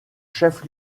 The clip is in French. chef